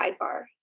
sidebar